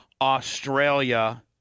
Australia